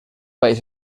país